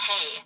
Hey